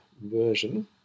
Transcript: version